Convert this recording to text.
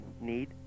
need